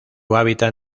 hábitat